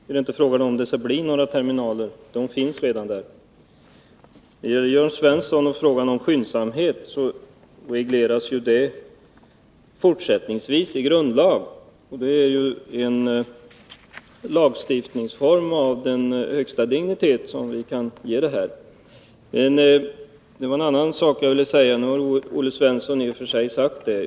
Herr talman! Till Gunnar Biörck i Värmdö vill jag säga att det inte är fråga om huruvida det skall bli några terminaler eller inte, eftersom de redan finns där. Till Jörn Svensson vill jag i frågan om skyndsamheten framhålla att det spörsmålet fortsättningsvis regleras i grundlag, som ju är den lagstiftningsform som har den högsta digniteten. Men det var egentligen en annan sak som jag ville säga några ord om, fastän Olle Svensson nu redan gjort det.